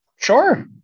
Sure